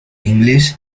inglés